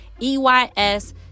EYS